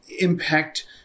impact –